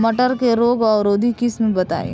मटर के रोग अवरोधी किस्म बताई?